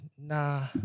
nah